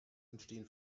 entstehen